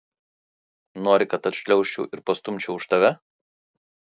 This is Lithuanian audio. nori kad atšliaužčiau ir pastumčiau už tave